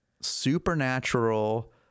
supernatural